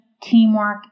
teamwork